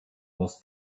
was